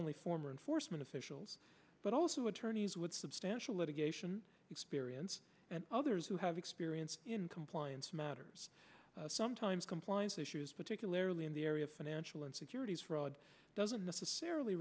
only former enforcement officials but also attorneys with substantial litigation experience and others who have experience in compliance matters sometimes compliance issues particularly in the area financial and securities fraud doesn't necessarily